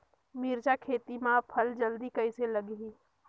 मिरचा खेती मां फल जल्दी कइसे लगही?